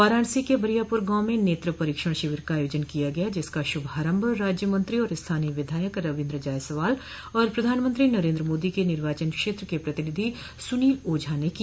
वाराणसी के बरियारपुर गांव में नेत्र परीक्षण शिविर का आयोजन किया गया जिसका शुभारम्भ राज्यमंत्री और स्थानीय विधायक रवीन्द्र जायसवाल और प्रधानमंत्री नरेन्द्र मोदी के निर्वाचन क्षेत्र के प्रतिनिधि सुनील ओझा ने किया